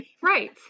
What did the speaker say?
Right